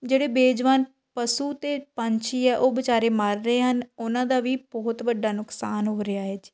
ਜਿਹੜੇ ਬੇਜਵਾਨ ਪਸ਼ੂ ਅਤੇ ਪੰਛੀ ਹੈ ਉਹ ਵਿਚਾਰੇ ਮਰ ਰਹੇ ਹਨ ਉਹਨਾਂ ਦਾ ਵੀ ਬਹੁਤ ਵੱਡਾ ਨੁਕਸਾਨ ਹੋ ਰਿਹਾ ਏ ਜੀ